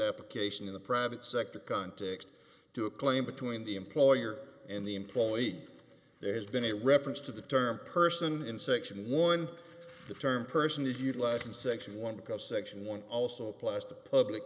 application in the private sector context to a claim between the employer and the employee there has been a reference to the term person in section one the term person if you'd like in section one because section one also applies to public